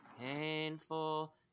painful